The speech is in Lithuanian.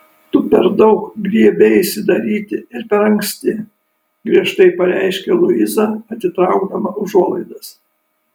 tu per daug griebeisi daryti ir per anksti griežtai pareiškė luiza atitraukdama užuolaidas